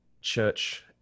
church